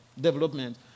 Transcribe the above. development